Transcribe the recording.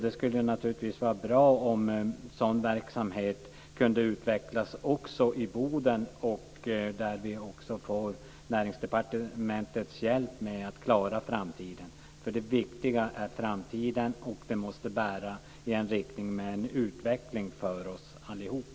Det vore bra om sådan verksamhet kunde utvecklas också i Boden och att vi får Näringsdepartementets hjälp med att klara framtiden. Det viktigaste är framtiden, och den måste bära i en riktning mot en utveckling för oss allihop.